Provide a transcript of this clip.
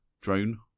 drone